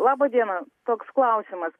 laba diena toks klausimas